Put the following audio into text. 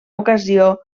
ocasió